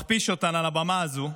מכפיש אותן על הבמה הזו,